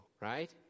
right